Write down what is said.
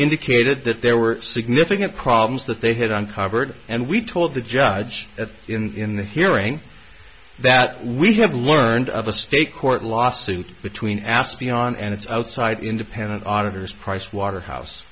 indicated that there were significant problems that they had uncovered and we told the judge that in the hearing that we have learned of a state court lawsuit between ascii on and its outside independent auditors pricewaterhouse